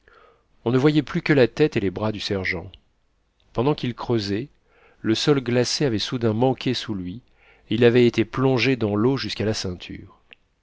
on ne voyait plus que la tête et les bras du sergent pendant qu'il creusait le sol glacé avait soudain manqué sous lui et il avait été plongé dans l'eau jusqu'à la ceinture